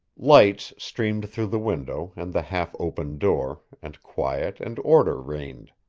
lights streamed through the window and the half-opened door, and quiet and order reigned.